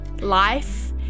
life